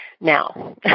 Now